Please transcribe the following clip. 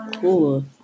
cool